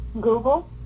Google